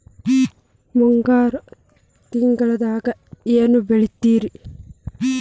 ಮುಂಗಾರು ತಿಂಗಳದಾಗ ಏನ್ ಬೆಳಿತಿರಿ?